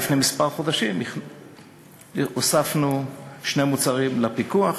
לפני כמה חודשים הוספנו שני מוצרים לפיקוח,